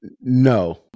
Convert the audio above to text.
No